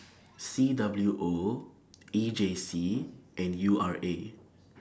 C W O E J C and U R A